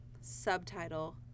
subtitle